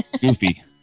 Goofy